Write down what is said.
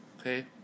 okay